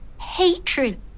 hatred